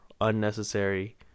unnecessary